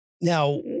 now